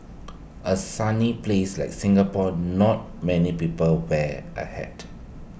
A sunny place like Singapore not many people wear A hat